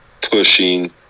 pushing